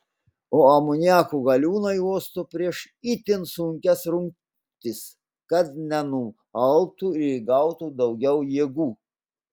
o amoniako galiūnai uosto prieš itin sunkias rungtis kad nenualptų ir įgautų daugiau jėgų